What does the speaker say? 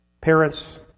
parents